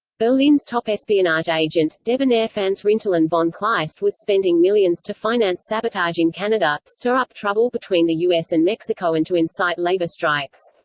berlin's top espionage agent, debonair fanz rintelen von kleist was spending millions to finance sabotage in canada, stir up trouble between the us and mexico and to incite labor strikes.